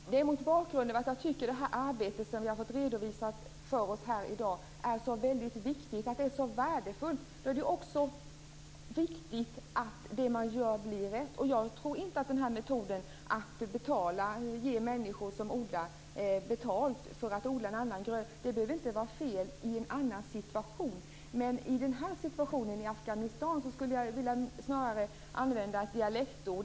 Fru talman! Att jag tar upp detta är mot bakgrund av att jag tycker att det arbete som vi har fått redovisat för oss här i dag är så viktigt, att det är så värdefullt. Då är det också viktigt att det man gör blir rätt. Jag tror inte att metoden att ge människor som odlar betalt för att odla en annan gröda behöver vara fel i en annan situation. Men i den här situationen i Afghanistan skulle jag snarare vilja använda ett dialektord.